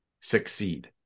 succeed